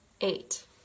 eight